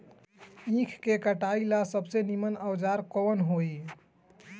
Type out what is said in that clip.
ईख के कटाई ला सबसे नीमन औजार कवन होई?